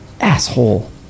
Asshole